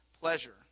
pleasure